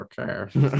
Okay